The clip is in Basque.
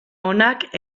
onak